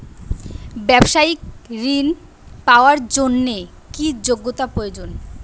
ব্যবসায়িক ঋণ পাওয়ার জন্যে কি যোগ্যতা প্রয়োজন?